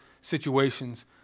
situations